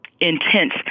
intense